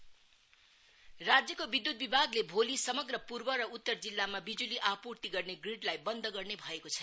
power राज्यको विधुत विभागले भोलि समग्र पूर्व र उत्तर जिल्लामा विजुली आपुर्ति गर्ने ग्रिजलाई बन्द गर्ने भएको छ